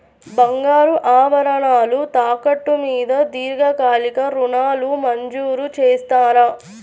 బంగారు ఆభరణాలు తాకట్టు మీద దీర్ఘకాలిక ఋణాలు మంజూరు చేస్తారా?